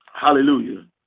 hallelujah